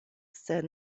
sed